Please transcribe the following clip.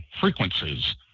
frequencies